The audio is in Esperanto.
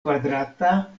kvadrata